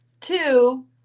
two